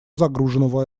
загруженного